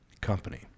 company